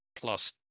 Plus